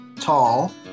tall